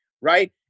Right